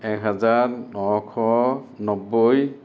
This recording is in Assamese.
এহাজাৰ ন শ নব্বৈ